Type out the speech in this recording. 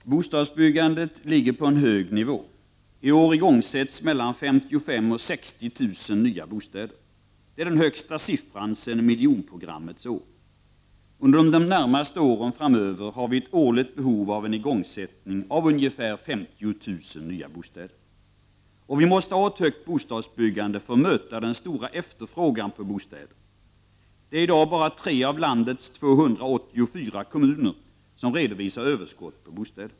Herr talman! Bostadsbyggandet ligger på en hög nivå. I år igångsätts bygganden av mellan 55 000 och 60 000 nya bostäder. Det är den högsta siffran sedan miljonprogrammets år. Under de närmaste åren framöver har vi ett årligt behov av att igångsätta byggandet av ungefär 50 000 nya bostäder. Vi måste ha ett omfattande bostadsbyggande för att möta den stora efterfrågan på bostäder. Bara tre av landets 284 kommuner redovisar i dag överskott på bostäder.